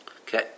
Okay